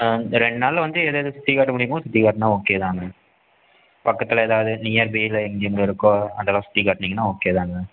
இந்த ரெண்டு நாளில் வந்து எததெது சுற்றிக் காட்ட முடியுமோ சுற்றிக் காட்டினா ஓகே தாண்ணா பக்கத்தில் எதாவது நியர்பையில் எங்கெங்கே இருக்கோ அதெல்லாம் சுற்றிக் காட்டினீங்கன்னா ஓகே தாண்ணா